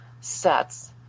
sets